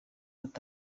ati